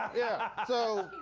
yeah. so,